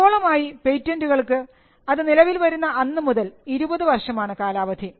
ആഗോളമായി പേറ്റന്റുകൾക്ക് അത് നിലവിൽ വരുന്ന അന്നു മുതൽ 20 വർഷമാണ് കാലാവധി